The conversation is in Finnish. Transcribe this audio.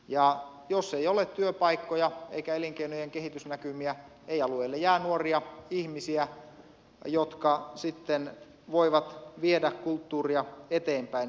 ja jos ei ole työpaikkoja eikä elinkeinojen kehitysnäkymiä ei alueelle jää nuoria ihmisiä jotka voivat sitten viedä kulttuuria eteenpäin